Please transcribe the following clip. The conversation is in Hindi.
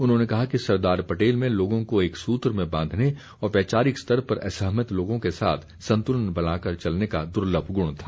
उन्होंने कहा कि सरदार पटेल में लोगों को एक सूत्र में बांघने और वैचारिक स्तर पर असहमत लोगों के साथ संतुलन बनाकर चलने का दुर्लभ गुण था